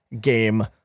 game